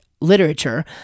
literature